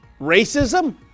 racism